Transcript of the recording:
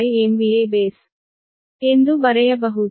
ಎಂದು ಬರೆಯಬಹುದು